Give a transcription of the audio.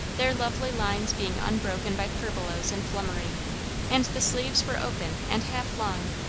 their lovely lines being unbroken by furbelows and flummery and the sleeves were open and half long,